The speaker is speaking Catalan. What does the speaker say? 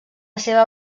seva